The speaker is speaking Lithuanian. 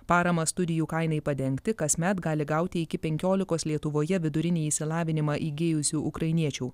paramą studijų kainai padengti kasmet gali gauti iki penkiolikos lietuvoje vidurinį išsilavinimą įgijusių ukrainiečių